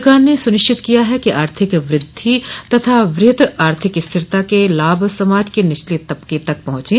सरकार ने सुनिश्चित किया है कि आर्थिक वृद्धि तथा बृहत आर्थिक स्थिरता के लाभ समाज के निचले तबके तक पहुंचे